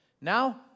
Now